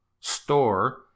store